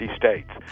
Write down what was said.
states